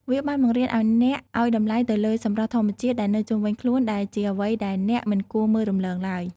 វាបានបង្រៀនឱ្យអ្នកឱ្យតម្លៃទៅលើសម្រស់ធម្មជាតិដែលនៅជុំវិញខ្លួន ដែលជាអ្វីដែលអ្នកមិនគួរមើលរំលងឡើយ។